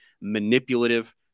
manipulative